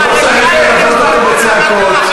בצעקות.